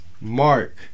Mark